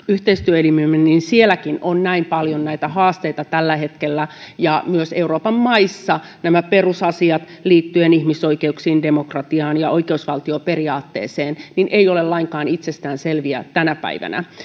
yhteistyöelimemme on sielläkin näin paljon näitä haasteita tällä hetkellä ja myöskään euroopan maissa nämä perusasiat liittyen ihmisoikeuksiin demokratiaan ja oikeusvaltioperiaatteeseen eivät ole lainkaan itsestäänselviä tänä päivänä